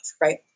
Right